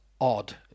odd